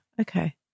Okay